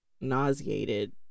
nauseated